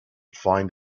find